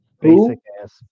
Basic-ass